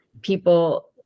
people